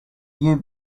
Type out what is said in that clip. you